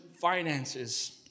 finances